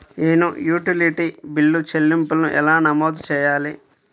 నేను utility bill చెల్లింపులను ఎలా నమోదు చేయాలి?